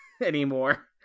anymore